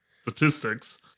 statistics